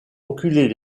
reculer